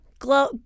glow